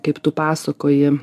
kaip tu pasakoji